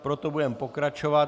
Proto budeme pokračovat.